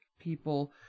people